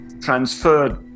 transferred